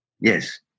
Yes